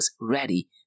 ready